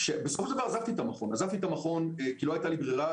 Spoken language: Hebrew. בסופו של דבר עזבתי את המכון כי לא הייתה לי ברירה.